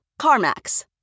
CarMax